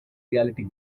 reality